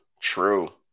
True